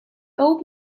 old